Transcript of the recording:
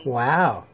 wow